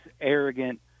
arrogant